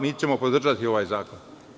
Mi ćemo podržati ovaj zakon.